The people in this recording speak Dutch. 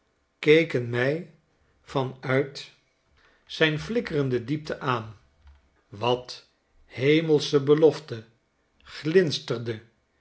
mij van uit zijn flikkerende diepten aan wat hemelschebelofte glinsterde